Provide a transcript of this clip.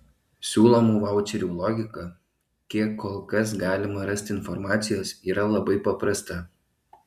siūlomų vaučerių logika kiek kol kas galima rasti informacijos yra labai paprasta